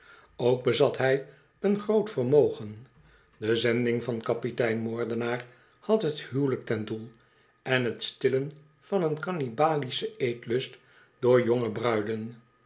ook bezat hij een groot vermogen de zending van kapitein moordenaar had het huwelijk ten doel en t stillen van een canibalischen eetlust door jonge bruiden